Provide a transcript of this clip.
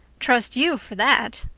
trust you for that!